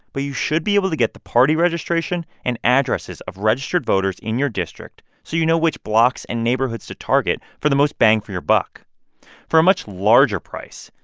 but you should be able to get the party registration and addresses of registered voters in your district so you know which blocks and neighborhoods to target for the most bang for your buck for a much larger price,